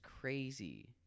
crazy